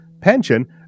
pension